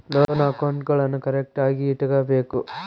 loan ಅಕೌಂಟ್ಗುಳ್ನೂ ಕರೆಕ್ಟ್ಆಗಿ ಇಟಗಬೇಕು